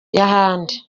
y’ahandi